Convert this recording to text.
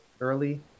early